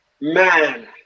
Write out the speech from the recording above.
man